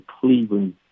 Cleveland